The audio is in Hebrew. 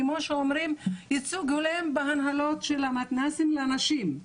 כמו שאומרים ייצוג הולם בהנהלות המתנ"סים לנשים,